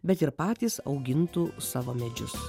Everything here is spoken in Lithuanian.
bet ir patys augintų savo medžius